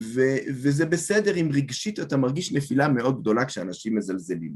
וזה בסדר אם רגשית אתה מרגיש נפילה מאוד גדולה כשאנשים מזלזלים.